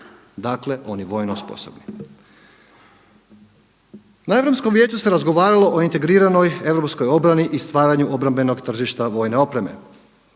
dakle oni vojno sposobni. Na Europskom vijeću se razgovaralo o integriranoj europskoj obrani i stvaranju obrambenog tržišta vojne opreme.